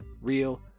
real